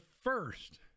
first